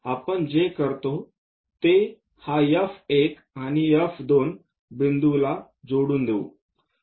आपण जे करतो ते हा F1 आणि त्या F2 बिंदूला जोडून देऊ